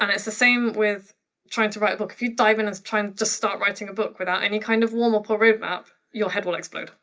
um it's the same with trying to write a book. if you dive in and try and just start writing a book without any kind of warmup or road map your head will explode.